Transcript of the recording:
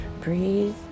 breathe